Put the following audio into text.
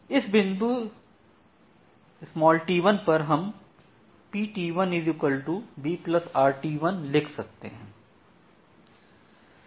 इस बिंदु t1 पर हम Pt1 brt1 लिख सकते है